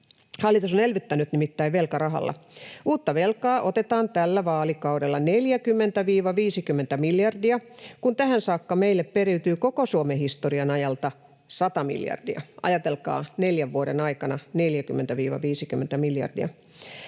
Hallitus on elvyttänyt nimittäin velkarahalla. Uutta velkaa otetaan tällä vaalikaudella 40—50 miljardia, kun tähän saakka meille periytyy koko Suomen historian ajalta 100 miljardia — ajatelkaa, neljän vuoden aikana 40—50 miljardia.